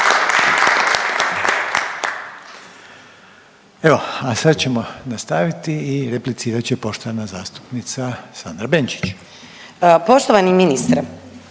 Evo, a sad ćemo nastaviti i replicirat će poštovana zastupnica Sandra Benčić. **Benčić, Sandra